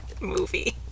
movie